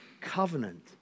covenant